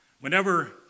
Whenever